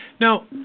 Now